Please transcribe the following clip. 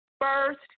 first